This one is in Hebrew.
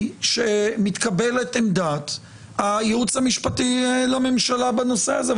שמתקבלת עמדת הייעוץ המשפטי לממשלה בנושא הזה,